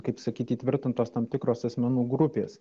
kaip sakyt įtvirtintos tam tikros asmenų grupės